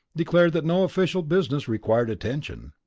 declared that no official business required attention.